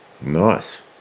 Nice